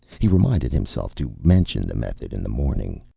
he reminded himself to mention the method in the morning.